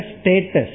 status